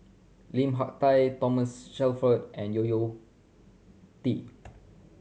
Lim Hak Tai Thomas Shelford and Yo Yo Tee